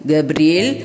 Gabriel